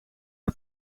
een